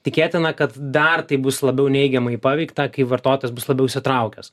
tikėtina kad dar tai bus labiau neigiamai paveikta kai vartotojas bus labiau įsitraukęs